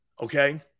Okay